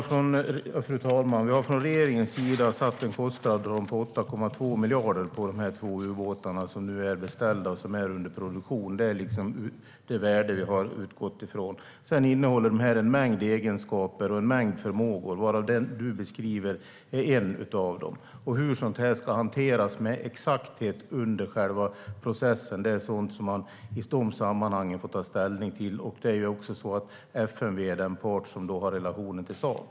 Fru talman! Vi har från regeringens sida satt en kostnadsram på 8,2 miljarder för de två ubåtar som nu är beställda och som är under produktion. Det är liksom det värde vi har utgått från. Sedan innehåller de en mängd egenskaper och en mängd förmågor. Den du beskriver är en av dem. Hur sådant här ska hanteras med exakthet under själva processen är sådant som man i de sammanhangen får ta ställning till. Det är också så att FMV är den part som har relationen till Saab.